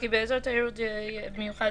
באזור תיירות מיוחד,